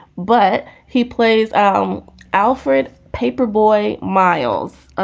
but he plays um alfred paper boy miles.